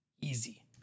Easy